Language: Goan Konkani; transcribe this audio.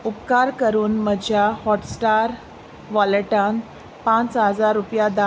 उपकार करून म्हज्या हॉटस्टार वॉलेटान पांच हजार रुपया धाड